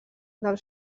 del